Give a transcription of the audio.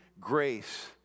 grace